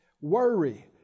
worry